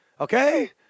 okay